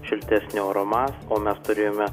šiltesnio oro masė o mes turėjome